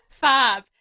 Fab